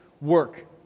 work